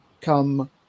come